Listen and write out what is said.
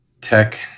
tech